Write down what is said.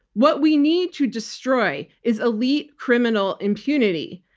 what we need to destroy is elite criminal impunity.